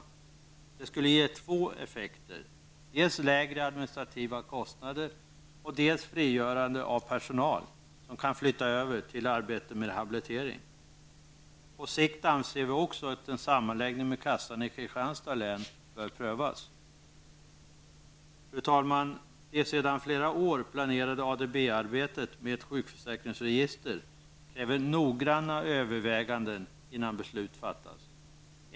Detta skulle ge två effekter -- dels lägre administrativa kostnader, dels frigörande av personal som kan flyttas över till arbete med rehabilitering. På sikt bör även en sammanläggning med kassan i Fru talman! Det sedan flera år planerade ADB arbetet med ett sjukförsäkringsregister kräver noggranna överväganden innan beslut fattas.